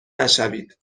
نشوید